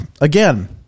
again